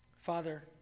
Father